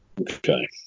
Okay